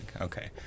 Okay